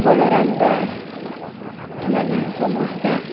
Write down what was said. ବଳରାମ ଦାସ ଏମାନେ ସମସ୍ତେ